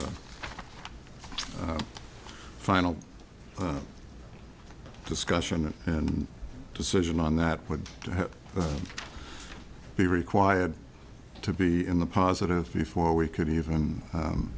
r final discussion and decision on that would be required to be in the positive before we could even